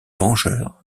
vengeurs